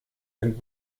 ein